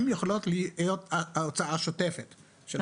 הם יכולות להיות ההוצאה השוטפת של הקרן.